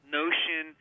notion